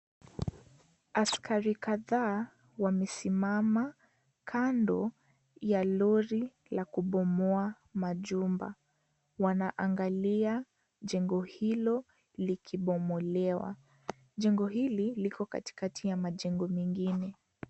Askari kadhaa wamesimama kando ya Lori la kubomoa majumba, wanaangalia jengo hilo likibomolewa, jengo hili liko katikati ya majengo mengine.